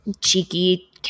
cheeky